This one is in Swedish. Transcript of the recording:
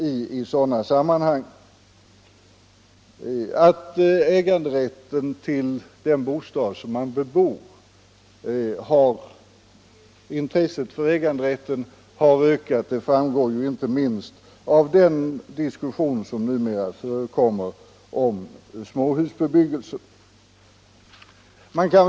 Att detta intresse för äganderätt till den bostad man bebor har ökat framgår inte minst av den diskussion som nu förs om småhusbebyggelsen.